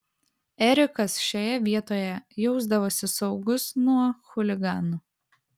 erikas šioje vietoje jausdavosi saugus nuo chuliganų